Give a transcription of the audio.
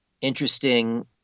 interesting